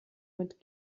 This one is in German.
mit